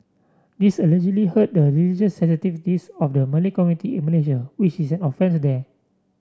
this allegedly hurt the religious sensitivities of the Malay community in Malaysia which is an offence there